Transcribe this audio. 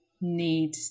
need